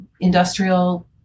industrial